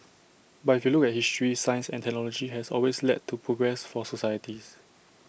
but if you look at history science and technology has always led to progress for societies